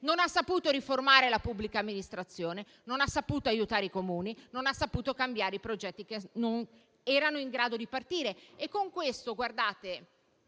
non ha saputo riformare la pubblica amministrazione; non ha saputo aiutare i Comuni e cambiare i progetti che erano in grado di partire. Con questo non